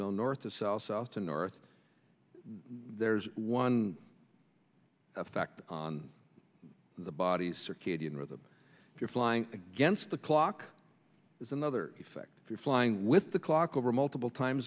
zone north of south south to north there's one effect on the body's circadian rhythm if you're flying against the clock is another effect if you're flying with the clock over multiple time